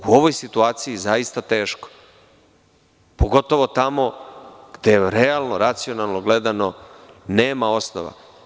U ovoj situaciji zaista teško, pogotovo tamo gde realno, racionalno gledano nema osnova.